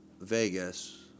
Vegas